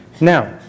Now